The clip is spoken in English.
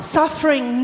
suffering